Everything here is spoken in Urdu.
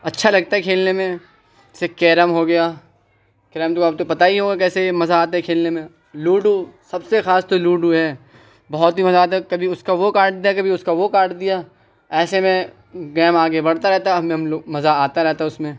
اچّھا لگتا ہے كھیلنے میں جیسے کیرم ہوگیا کیرم تو آپ کو پتہ ہی ہوگا کہ کیسے مزہ آتا ہے کھیلنے میں لوڈو سب سے خاص تو لوڈو ہے بہت ہی مزہ آتا ہے کبھی اس کا وہ کاٹ دیا کبھی اس کا وہ کاٹ دیا ایسے میں گیم آگے بڑھتا رہتا ہے ہم لوگ مزہ آتا رہتا ہے اس میں